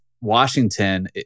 Washington